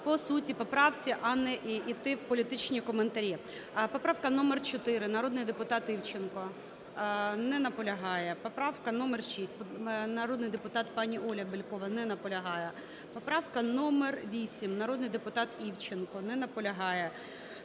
По суті поправки, а не йти в політичні коментарі. Поправка номер 4, народний депутат Івченко. Не наполягає. Поправка номер 6, народний депутат пані Оля Бєлькова. Не наполягає. Поправка номер 8, народний депутат Івченко. Не наполягає.